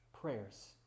prayers